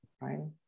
right